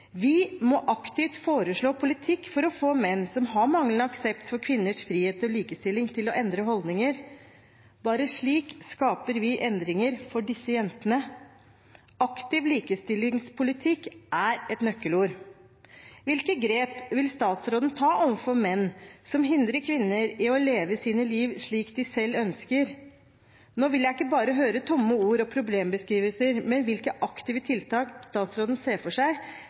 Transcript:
Vi må aktivt foreslå politikk for å få menn som har manglende aksept for kvinners frihet og likestilling, til å endre holdninger. Bare slik skaper vi endringer for disse jentene. Aktiv likestillingspolitikk er et nøkkelord. Hvilke grep vil statsråden ta overfor menn som hindrer kvinner i å leve sine liv slik de selv ønsker? Nå vil jeg ikke bare høre tomme ord og problembeskrivelser, men hvilke aktive tiltak statsråden ser for seg,